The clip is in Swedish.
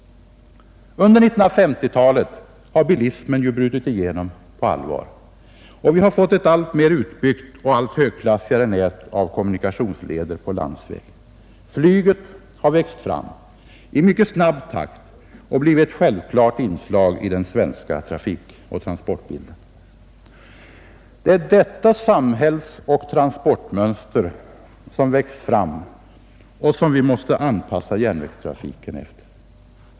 Under 1950-talet bröt bilismen igenom på allvar, och vi har fått ett alltmer utbyggt och allt högklassigare nät av kommunikationsleder på landsvägen. Flyget har växt fram i mycket snabb takt och blivit ett självklart inslag i den svenska trafikoch transportbilden. Detta är det samhällsoch transportmönster som växt fram och som vi måste anpassa järnvägstrafiken efter.